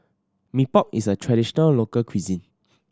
Mee Pok is a traditional local cuisine